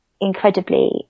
incredibly